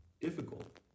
difficult